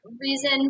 Reason